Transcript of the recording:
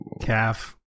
Calf